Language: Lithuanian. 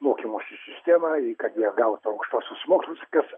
mokymosi sistemą kad jie gautų aukštuosius mokslus kas